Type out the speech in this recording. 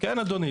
כן אדוני.